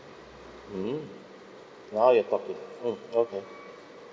mm now you're talking mm okay